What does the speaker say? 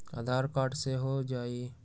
आधार card से हो जाइ?